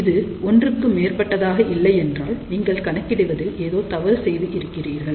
இது ஒன்றுக்கு மேற்பட்டதாக இல்லை என்றால் நீங்கள் கணக்கிடுவதில் ஏதோ தவறு செய்து இருக்கிறீர்கள்